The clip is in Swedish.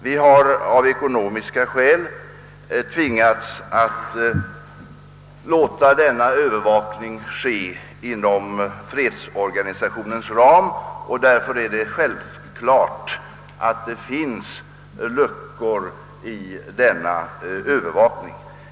Vi har av ekonomiska skäl tvingats låta övervakningen ske inom fredsorganisationens ram, och därför finns det självfallet luckor i övervakningen.